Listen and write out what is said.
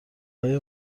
های